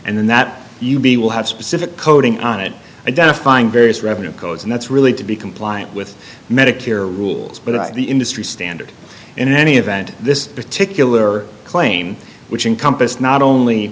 and then that you be will have specific coding on it identifying various revenue codes and that's really to be compliant with medicare rules but the industry standard in any event this particular claim which in compass not only